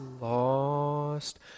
lost